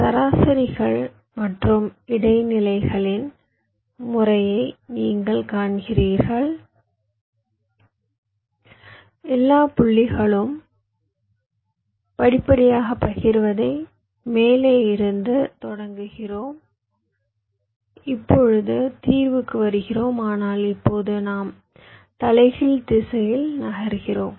சராசரிகள் மற்றும் இடைநிலைகளின் முறையை நீங்கள் காண்கிறீர்கள் எல்லா புள்ளிகளையும் படிப்படியாக பகிர்வதை மேலே இருந்து தொடங்குகிறோம் இப்பொழுது தீர்வுக்கு வருகிறோம் ஆனால் இப்போது நாம் தலைகீழ் திசையில் நகர்கிறோம்